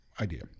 idea